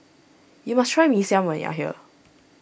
you must try Mee Siam when you are here